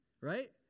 right